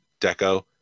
Deco